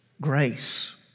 grace